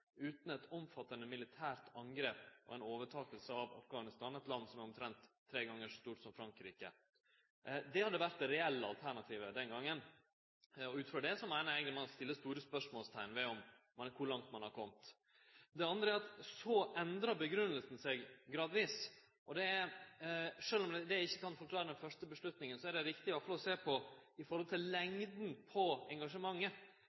utan eit omfattande militært angrep på og ei overtaking av Afghanistan – eit land som er omtrent tre gonger så stort som Frankrike. Det hadde vore det reelle alternativet den gongen. Ut frå det meiner eg ein må setje store spørsmålsteikn ved kor langt ein har kome. Det andre er at grunngivinga endra seg gradvis. Sjølv om det ikkje kan forklare den første avgjerda, er det riktig i alle fall å sjå på lengda på engasjementet, for grunngivinga endra seg ganske raskt i